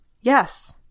Yes